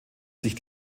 sich